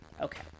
Okay